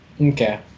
okay